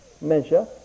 measure